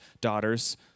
daughters